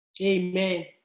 Amen